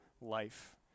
life